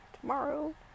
tomorrow